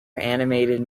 animated